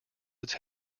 its